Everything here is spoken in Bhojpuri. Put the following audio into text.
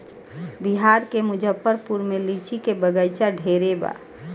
बिहार के मुजफ्फरपुर में लीची के बगइचा ढेरे बा